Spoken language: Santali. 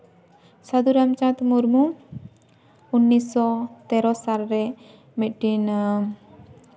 ᱥᱟᱹᱫᱷᱩ ᱨᱟᱢᱪᱟᱸᱫᱽ ᱢᱤᱨᱢᱩ ᱩᱱᱤᱥᱥᱚ ᱛᱮᱨᱚ ᱥᱟᱞᱨᱮ ᱢᱤᱫᱴᱤᱱ